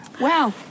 Wow